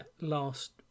last